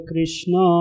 Krishna